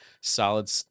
solid